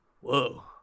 whoa